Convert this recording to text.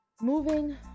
Moving